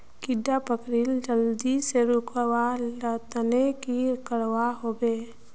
कीड़ा पकरिले जल्दी से रुकवा र तने की करवा होबे?